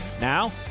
Now